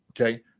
okay